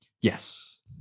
yes